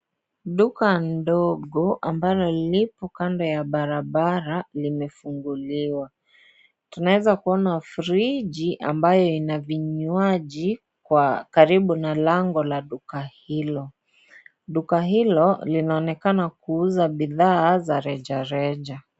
Duka ndogo ambalo liko kando ya barabara limefunguliwa. Tunaweza kuona friji ambayo ina vinywaji kwa karibu na lango la duka hilo. Duka hilo linaonekana kuuza bidhaa za rejareja.